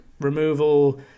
removal